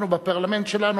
אנחנו בפרלמנט שלנו,